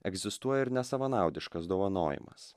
egzistuoja ir nesavanaudiškas dovanojimas